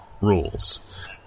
rules